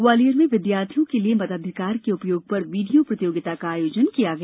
ग्वालियर में विद्यार्थियों के लिए मताधिकार के उपयोग पर वीडियो प्रतियोगिता का आयोजन किया गया